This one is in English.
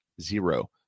zero